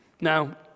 Now